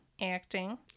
Acting